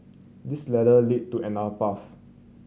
this ladder lead to another path